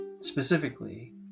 specifically